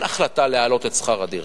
אין החלטה להעלות את שכר הדירה.